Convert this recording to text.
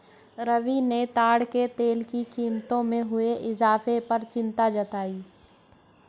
रवि ने ताड़ के तेल की कीमतों में हुए इजाफे पर चिंता जताई